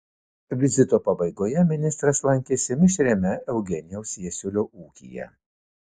vizito pabaigoje ministras lankėsi mišriame eugenijaus jasiulio ūkyje